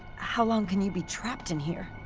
how long can you be trapped in here?